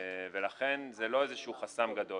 לכן זה לא איזה חסם גדול.